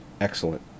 excellent